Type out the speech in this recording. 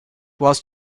was